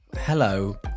Hello